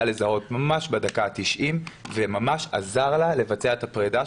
לזהות ממש בדקה ה-90 וממש עזר לה לבצע את הפרידה,